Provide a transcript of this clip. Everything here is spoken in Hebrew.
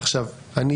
עכשיו אני